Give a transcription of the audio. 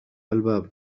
الباب